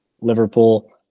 Liverpool